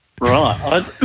Right